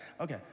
Okay